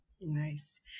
Nice